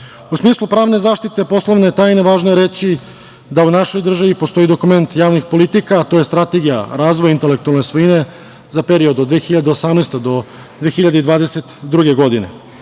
smislu pravne zaštite poslovne tajne važno je reći da u našoj državi postoji dokument javnih politika, a to je Strategija razvoja intelektualne svojine za period od 2018. do 2022. godine.